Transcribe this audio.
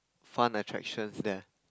fun attractions there